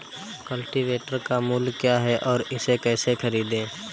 Cultivator का मूल्य क्या है और इसे कैसे खरीदें?